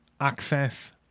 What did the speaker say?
access